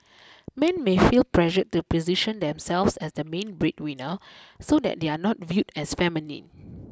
men may feel pressured to position themselves as the main breadwinner so that they are not viewed as feminine